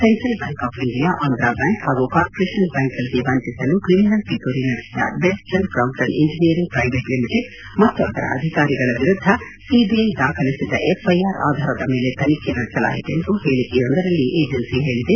central bank of India Andhra bank ಹಾಗೂ corporation ಬ್ಯಾಂಕ್ಗಳಿಗೆ ವಂಚಿಸಲು ಕ್ರಿಮಿನಲ್ ಪಿತೂರಿ ನಡೆಸಿದ best and Crompton engineering private limited ಮತ್ತು ಅದರ ಅಧಿಕಾರಿಗಳ ವಿರುದ್ಧ ಸಿಬಿಐ ದಾಖಲಿಸಿದ್ದ ಎಫ್ಐಆರ್ ಆಧಾರದ ಮೇಲೆ ತನಿಖೆ ನಡೆಸಲಾಯಿತೆಂದು ಹೇಳಕೆಯೊಂದರಲ್ಲಿ ಏಜೆನ್ಸಿ ಹೇಳದೆ